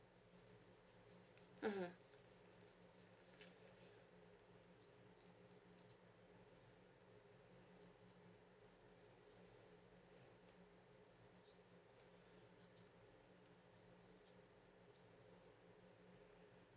mmhmm